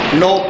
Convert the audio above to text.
no